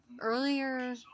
earlier